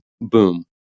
boom